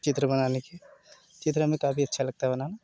चित्र बनाने की चित्र हमें काफ़ी अच्छा लगता है बनाना